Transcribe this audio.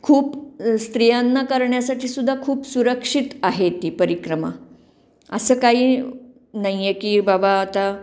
खूप स्त्रियांना करण्यासाठी सुद्धा खूप सुरक्षित आहे ती परिक्रमा असं काही नाही आहे की बाबा आता